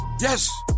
Yes